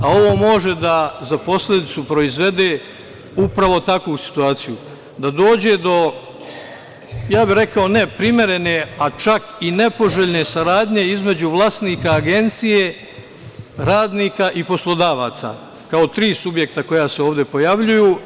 Ovo može da za posledicu proizvede upravo takvu situaciju, da dođe do, ja bih rekao, neprimerene, a čak i nepoželjne saradnje između vlasnika agencije, radnika i poslodavaca kao tri subjekta koji se ovde pojavljuju.